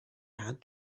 had